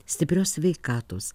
stiprios sveikatos